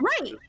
right